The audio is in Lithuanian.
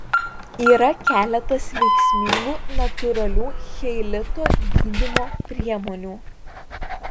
yra keletas veiksmingų natūralių cheilito gydymo priemonių